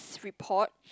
this report